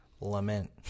lament